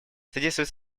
содействует